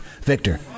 Victor